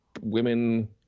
Women